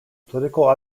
political